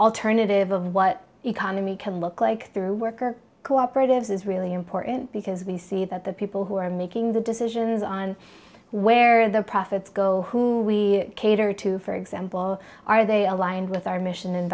alternative of what economy can look like through work or cooperative is really important because we see that the people who are making the decisions on where the profits go who we cater to for example are they aligned with our mission and